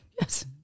Yes